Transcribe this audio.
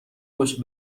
باشه